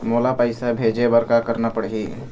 मोला पैसा भेजे बर का करना पड़ही?